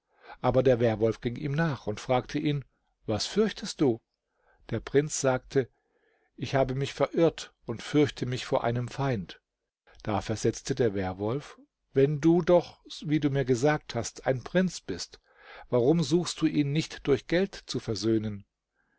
aber der werwolf ging ihm nach und fragte ihn was fürchtest du der prinz sagte ich habe mich verirrt und fürchte mich vor einem feind da versetzte der werwolf wenn du doch wie du mir gesagt hast ein prinz bist warum suchst du ihn nicht durch geld zu versöhnen